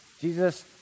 Jesus